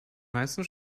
meisten